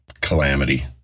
calamity